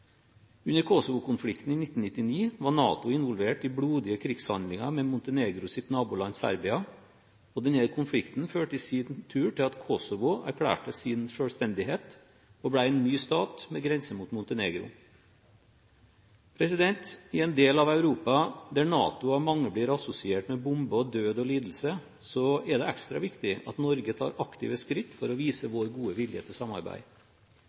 Under Kosovo-konflikten i 1999 var NATO involvert i blodige krigshandlinger med Montenegros naboland Serbia, og denne konflikten førte i sin tur til at Kosovo erklærte sin selvstendighet og ble en ny stat med grense mot Montenegro. I en del av Europa der NATO av mange blir assosiert med bomber, død og lidelse, er det ekstra viktig at Norge tar aktive skritt for å vise vår gode vilje til samarbeid.